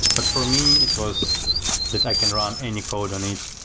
but for me, it was that i can run any code on it.